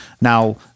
Now